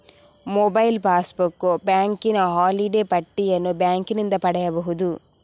mobile passbook, ಬ್ಯಾಂಕಿನ holiday ಪಟ್ಟಿಯನ್ನು ಬ್ಯಾಂಕಿನಿಂದ ಪಡೆಯಬಹುದು